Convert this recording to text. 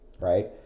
right